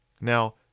Now